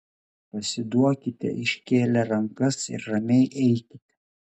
pasiduokite iškėlę rankas ir ramiai eikite